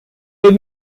may